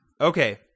Okay